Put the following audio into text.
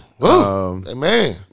Amen